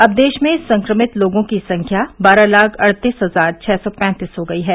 अब देश में संक्रमित लोगों की संख्या बारह लाख अड़तीस हजार छः सौ पैंतीस हो गयी है